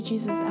Jesus